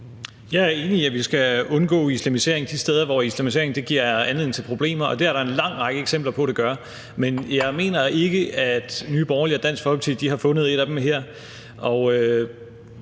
Jeg er enig i, at vi skal undgå islamisering de steder, hvor islamisering giver anledning til problemer, og det er der en lang række eksempler på at den gør. Men jeg mener ikke, at Nye Borgerlige og Dansk Folkeparti har fundet et af dem her.